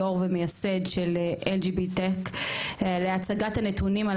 יו"ר ומייסד של LGBTECH להצגת הנתונים על